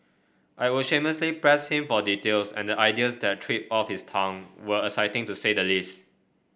I would shamelessly pressed him for details and the ideas that tripped off his tongue were exciting to say the least